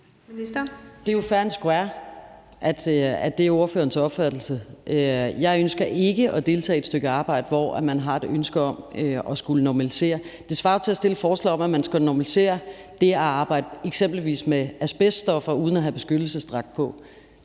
Det er jo fair and square, at det er ordførerens opfattelse. Jeg ønsker ikke at deltage i et stykke arbejde, hvor man har et ønske om at skulle normalisere det. Det svarer jo til, at man stiller et forslag om, at man eksempelvis skal normalisere det at arbejde med asbeststoffer uden at have beskyttelsesdragt på.